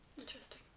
Interesting